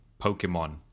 Pokemon